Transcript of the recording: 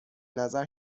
نظر